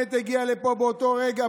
בנט הגיע לפה באותו רגע,